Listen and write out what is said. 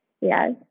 Yes